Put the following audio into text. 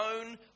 own